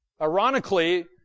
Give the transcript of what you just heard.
Ironically